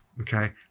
okay